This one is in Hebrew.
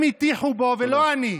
הם הטיחו בו, ולא אני,